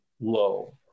low